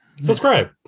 subscribe